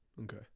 Okay